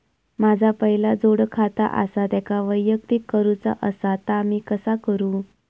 माझा पहिला जोडखाता आसा त्याका वैयक्तिक करूचा असा ता मी कसा करू?